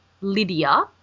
Lydia